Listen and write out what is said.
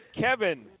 Kevin